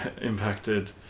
impacted